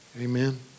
Amen